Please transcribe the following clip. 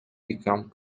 become